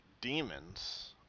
demons